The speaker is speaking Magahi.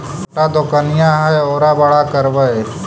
छोटा दोकनिया है ओरा बड़ा करवै?